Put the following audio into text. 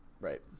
Right